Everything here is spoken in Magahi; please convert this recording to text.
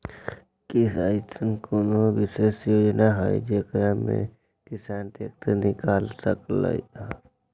कि अईसन कोनो विशेष योजना हई जेकरा से किसान ट्रैक्टर निकाल सकलई ह?